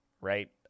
right